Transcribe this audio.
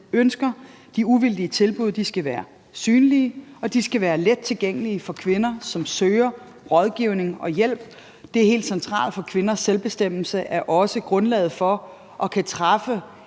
ønsker. De uvildige tilbud skal være synlige, og de skal være let tilgængelige for kvinder, som søger rådgivning og hjælp. Det er helt centralt for kvinders selvbestemmelse, at grundlaget for at kunne træffe